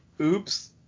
oops